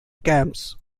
camps